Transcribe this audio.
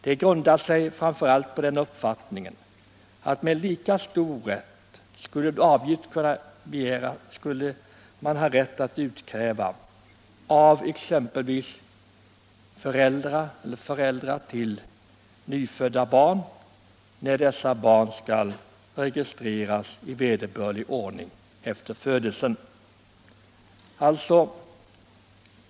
Detta grundar vi framför allt på uppfattningen, att med lika stor rätt skulle avgift kunna utkrävas av exempelvis föräldrar till nyfödda barn, när dessa barn skall registreras i vederbörlig ordning efter födelsen.